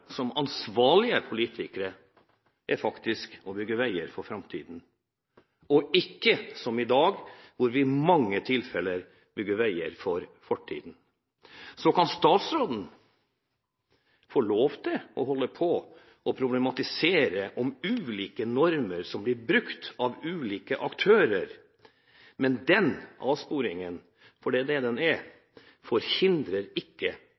som ansvarlige politikere er å bygge veier for framtiden, og ikke, som i mange tilfeller i dag, bygge veier for fortiden. Så kan statsråden få lov til å holde på med å problematisere om ulike normer som blir brukt av ulike aktører. Den avsporeringen – det er det det er – forhindrer ikke